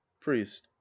priest